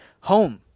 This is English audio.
home